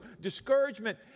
discouragement